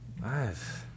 Nice